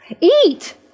Eat